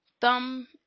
thumb